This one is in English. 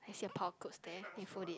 I see a pile of clothes there then you fold it